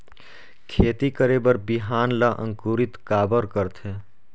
खेती करे बर बिहान ला अंकुरित काबर करथे?